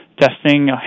testing